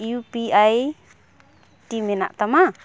U P I ID ᱢᱮᱱᱟᱜ ᱛᱟᱢᱟ